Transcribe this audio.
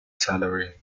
salary